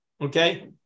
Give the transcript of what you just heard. okay